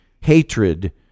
hatred